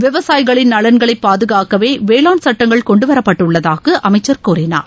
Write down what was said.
விவசாயிகளின் நலன்களை பாதுகாக்கவே வேளாண் சட்டங்கள் கொண்டுவரப்பட்டுள்ளதாக அமைச்சர் கூறினார்